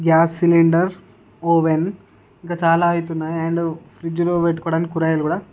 gas cylinder oven ఇంకా చాలా అయితే ఉన్నాయి అండ్ ఫ్రిజ్లో పెట్టుకోవడానికి కూరగాయలు కూడా